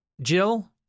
Jill